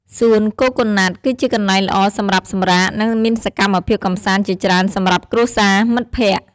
សួនកូកូណាត់គឺជាកន្លែងល្អសម្រាប់សម្រាក និង មានសកម្មភាពកម្សាន្តជាច្រើនសម្រាប់គ្រួសារ មិត្តភក្តិ។